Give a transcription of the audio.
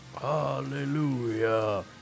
hallelujah